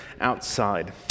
outside